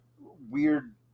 weird